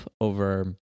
over